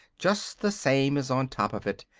just the same as on top of it.